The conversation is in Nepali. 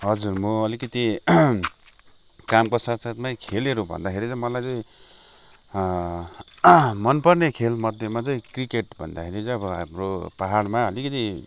हजुर म अलिकति कामको साथ साथमै खेलेर भन्दाखेरि चाहिँ मलाई मन पर्ने खेल मध्येमा चाहिँ क्रिकेट भन्दाखेरि चाहिँ अब हाम्रो पाहाडमा अलिकति